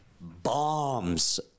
bombs